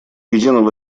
единого